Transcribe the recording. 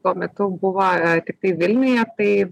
tuo metu buvo tiktai vilniuje tai